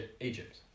Egypt